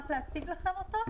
רק להציג לכם אותו?